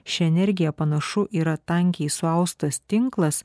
ši energija panašu yra tankiai suaustas tinklas